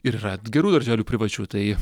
ir yra gerų darželių privačių tai